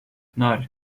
ноль